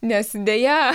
nes deja